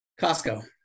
Costco